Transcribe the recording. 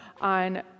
on